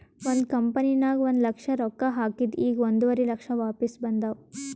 ಒಂದ್ ಕಂಪನಿನಾಗ್ ಒಂದ್ ಲಕ್ಷ ರೊಕ್ಕಾ ಹಾಕಿದ್ ಈಗ್ ಒಂದುವರಿ ಲಕ್ಷ ವಾಪಿಸ್ ಬಂದಾವ್